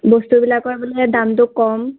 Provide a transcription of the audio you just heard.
বস্তুবিলাকৰ বোলে দামটো কম